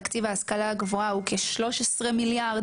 תקציב ההשכלה הגבוהה הוא כ-13 מיליארד